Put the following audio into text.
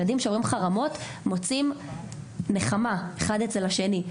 ילדים שעוברים חרמות מוצאים נחמה אצל השני,